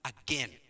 again